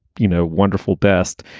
you know, wonderful best.